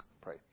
pray